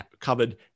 covered